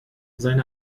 seine